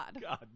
God